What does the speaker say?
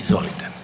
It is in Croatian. Izvolite.